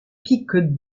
pics